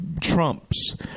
Trump's